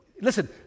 listen